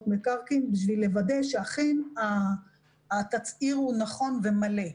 מקרקעין בשביל לוודא שאכן התצהיר נכון ומלא.